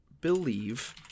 believe